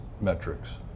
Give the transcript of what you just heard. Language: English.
metrics